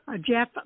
Jeff